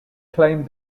claimed